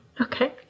Okay